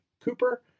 Cooper